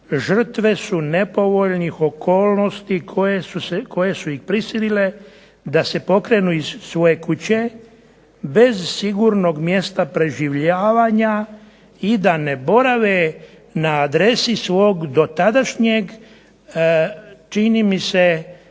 žrtve su nepovoljnih okolnosti koje su ih prisile da se pokrenu iz svoje kuće bez sigurnog mjesta preživljavanja i da ne borave na adresi svog dotadašnjeg čini mi se